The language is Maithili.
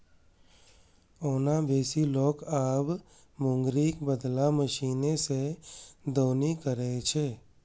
ओना बेसी लोक आब मूंगरीक बदला मशीने सं दौनी करै छै